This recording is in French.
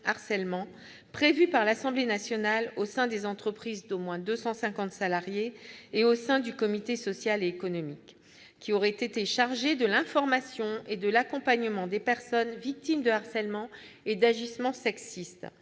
harcèlement » prévu par l'Assemblée nationale au sein des entreprises d'au moins 250 salariés et au sein du comité social et économique, qui aurait été chargé de l'information et de l'accompagnement des personnes victimes de harcèlement et d'agissements sexistes.